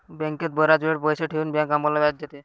बँकेत बराच वेळ पैसे ठेवून बँक आम्हाला व्याज देते